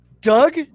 Doug